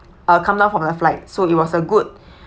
uh come down from their flight so it was a good